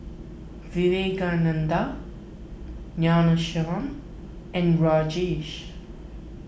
Vivekananda Ghanshyam and Rajesh